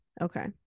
Okay